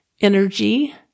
energy